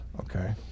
okay